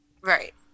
Right